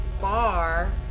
bar